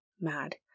mad